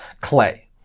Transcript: clay